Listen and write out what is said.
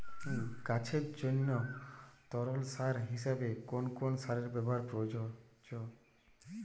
গাছের জন্য তরল সার হিসেবে কোন কোন সারের ব্যাবহার প্রযোজ্য?